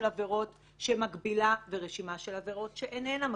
עבירות שמגבילה ורשימה של עבירות שאיננה מגבילה,